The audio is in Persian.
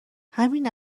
همین